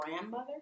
grandmother